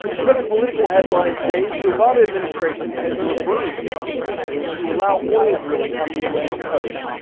another political headline today the obama administration has reversed its decision to allow oil drilling on the atlantic coast.